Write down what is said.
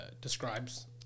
describes